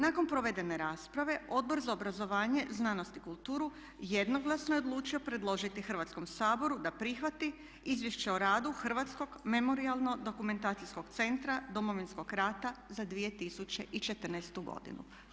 Nakon provedene rasprave Odbor za obrazovanje, znanost i kulturu jednoglasno je odlučio predložiti Hrvatskom saboru da prihvati Izvješće o radu Hrvatskog memorijalno-dokumentacijskog centra Domovinskog rata za 2014. godinu.